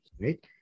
right